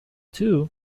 two